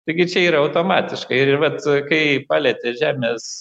taigi čia yra automatiškai ir vat kai palietė žemės